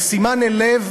בשימן אל לב